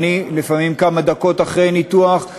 לפעמים כמה דקות אחרי ניתוח,